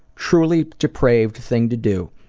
truly depraved thing to do.